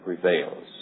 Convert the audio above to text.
prevails